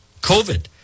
COVID